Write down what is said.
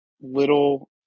Little